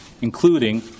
including